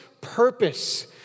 purpose